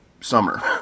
summer